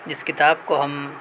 اس کتاب کو ہم